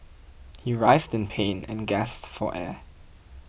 he writhed in pain and gasped for air